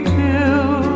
till